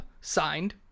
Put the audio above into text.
signed